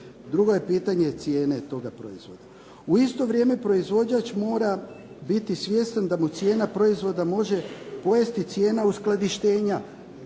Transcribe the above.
Drugo je pitanje cijene toga proizvoda. U isto vrijeme proizvođač mora biti svjestan da mu cijena proizvoda može pojesti cijene uskladištenja